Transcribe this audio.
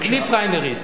בלי פריימריס.